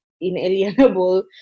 inalienable